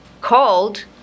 called